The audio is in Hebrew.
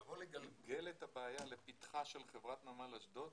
לבוא לגלגל את הבעיה לפתחה של חברת נמל אשדוד,